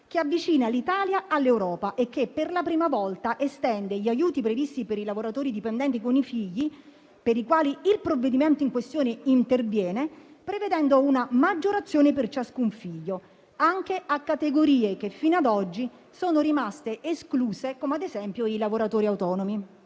che avvicina l'Italia all'Europa e che per la prima volta estende gli aiuti previsti per i lavoratori dipendenti con i figli per i quali il provvedimento in questione interviene, prevedendo una maggiorazione per ciascun figlio, anche a categorie che fino ad oggi sono rimaste escluse come ad esempio i lavoratori autonomi.